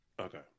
Okay